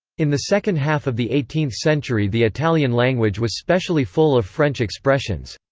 in the second half of the eighteenth century the italian language was specially full of french expressions.